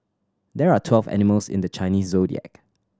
there are twelve animals in the Chinese Zodiac